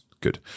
good